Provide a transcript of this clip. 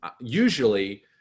Usually